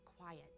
quiet